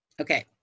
Okay